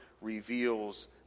reveals